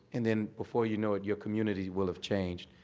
and then, before you know it, your community will have changed.